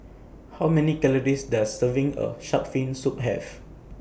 How Many Calories Does Serving of Shark's Fin Soup Have